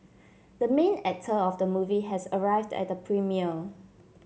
the main actor of the movie has arrived at the premiere